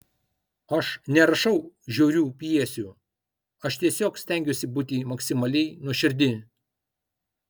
aš nerašau žiaurių pjesių aš tiesiog stengiuosi būti maksimaliai nuoširdi